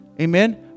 Amen